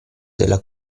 della